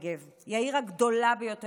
היא העיר הגדולה ביותר בדרום,